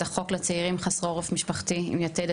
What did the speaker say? החוק לצעירים חסרי עורף משפחתי עם ׳יתד׳.